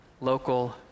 local